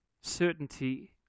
certainty